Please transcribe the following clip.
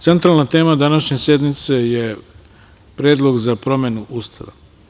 Centralna tema današnje sednice je predlog za promenu Ustava.